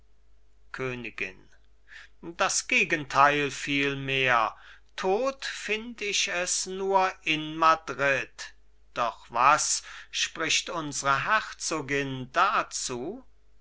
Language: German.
königin das gegenteil vielmehr tot find ich es nur in madrid doch was spricht unsre herzogin dazu